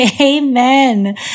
Amen